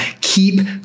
Keep